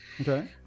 Okay